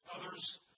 Others